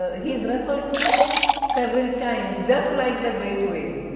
he is referred to several times just like the great whale,